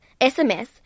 SMS